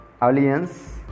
alliance